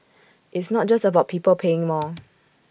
it's not just about people paying more